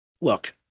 look